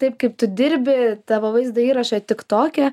taip kaip tu dirbi tavo vaizdo įraše tik toke